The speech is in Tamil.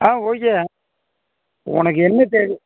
ஆ ஓகேய்யா உனக்கு என்னத் தேவையோ